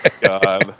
god